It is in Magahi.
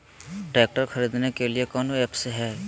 ट्रैक्टर खरीदने के लिए कौन ऐप्स हाय?